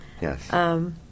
yes